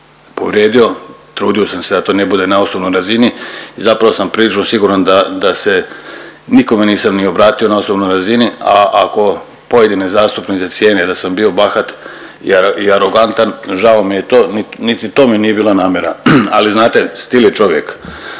povrijedio. Trudio sam se da to ne bude na osobnoj razini i zapravo sam prilično siguran da se nikome nisam ni obratio na osobnoj razini, a ako pojedine zastupnice cijene da sam bio bahat i arogantan žao mi je to, niti to mi nije bila namjera, ali znate stil je čovjeka.